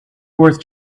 worth